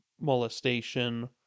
molestation